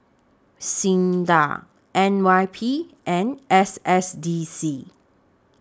SINDA N Y P and S S D C